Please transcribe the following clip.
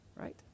right